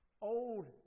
old